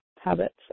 habits